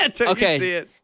Okay